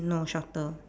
no shorter